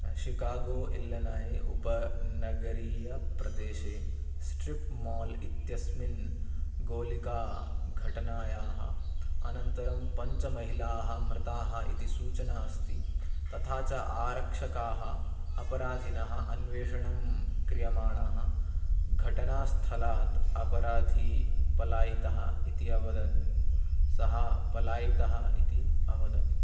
Chicago Illinois उपनगरीयप्रदेशे strip mall इत्यस्मिन् गोलिकाघटनायाः अनन्तरं पञ्चमहिलाः मृताः इति सूचना अस्ति तथा च आरक्षकाः अपराधिनः अन्वेषणं क्रियमाणाः घटनास्थलात् अपराधी पलायितः इति अवदन् सः पलायितः इति अवदन्